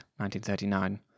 1939